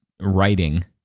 writing